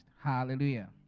Hallelujah